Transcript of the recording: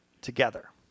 together